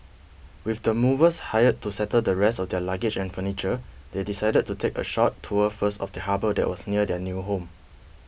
with the movers hired to settle the rest of their luggage and furniture they decided to take a short tour first of the harbour that was near their new home